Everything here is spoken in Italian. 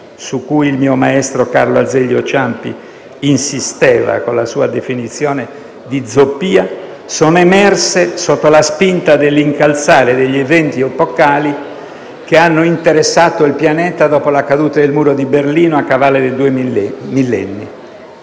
su cui il mio maestro Carlo Azeglio Ciampi insisteva con la sua definizione di zoppia, sono emerse sotto la spinta dell'incalzare degli eventi epocali che hanno interessato il pianeta dopo la caduta del muro di Berlino a cavallo di due millenni.